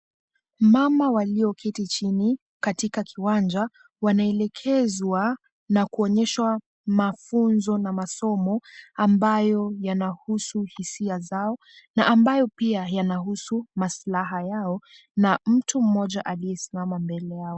Mama walioketi chini katika kiwanja wanaelekezwa na kuonyeshwa mafunzo na masomo ambayo yanahusu hisia zao na ambayo pia yanahusu maslaha yao na mtu mmoja aliyesimama mbele yao.